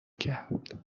کرد